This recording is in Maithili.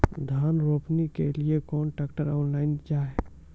धान रोपनी के लिए केन ट्रैक्टर ऑनलाइन जाए?